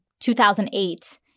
2008